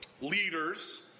leaders